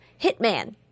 hitman